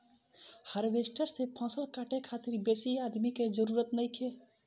harvester से फसल काटे खातिर बेसी आदमी के जरूरत नइखे